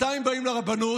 מתי הם באים לרבנות?